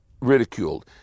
ridiculed